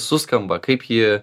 suskamba kaip ji